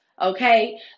okay